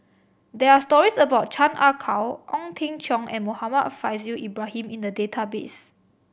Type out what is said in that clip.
there are stories about Chan Ah Kow Ong Teng Cheong and Muhammad Faishal Ibrahim in the database